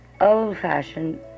old-fashioned